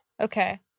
Okay